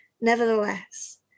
Nevertheless